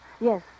Yes